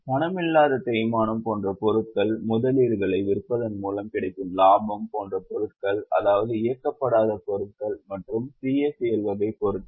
பணமில்லாத தேய்மானம் போன்ற பொருட்கள் முதலீடுகளை விற்பதன் மூலம் கிடைக்கும் லாபம் போன்ற பொருட்கள் அதாவது இயக்கப்படாத பொருட்கள் மற்றும் CACL வகை பொருட்கள்